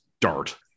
dart